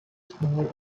small